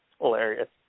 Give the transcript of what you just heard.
Hilarious